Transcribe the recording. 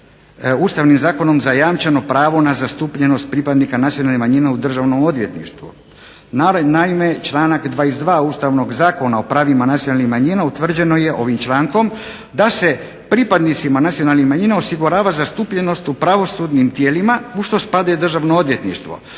Ustavnim zakonom zajamčeno pravo na zastupljenost pripadnika nacionalnih manjina u državnom odvjetništvu. Naime, članak 22. Ustavnog zakona o pravima nacionalnih manjina utvrđeno je ovim člankom da se pripadnicima nacionalnih manjina osigurava zastupljenost u pravosudnim tijelima u što spada i državno odvjetništvo